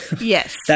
Yes